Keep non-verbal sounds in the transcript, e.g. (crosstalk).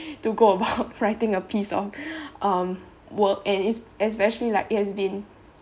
to go about writing a piece of (breath) um work and esp~ especially like it has been